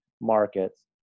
markets